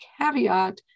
caveat